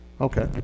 Okay